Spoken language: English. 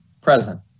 Present